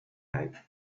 eye